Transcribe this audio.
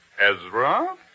Ezra